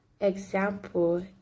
example